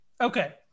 okay